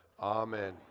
Amen